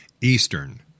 Eastern